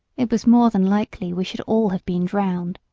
it was more than likely we should all have been drowned.